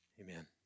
amen